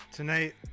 Tonight